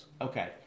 Okay